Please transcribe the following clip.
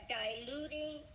diluting